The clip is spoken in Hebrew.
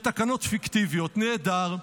בתקנות פיקטיביות, נהדר.